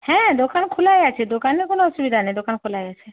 হ্যাঁ দোকান খোলাই আছে দোকানে কোনো অসুবিধা নেই দোকান খোলাই আছে